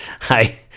Hi